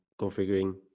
configuring